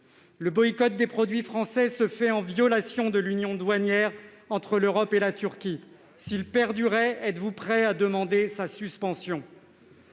Le boycott des produits français est décrété en violation de l'union douanière entre l'Europe et la Turquie. S'il perdurait, seriez-vous prêt à demander sa suspension ?